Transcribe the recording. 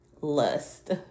Lust